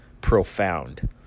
profound